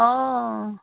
অঁ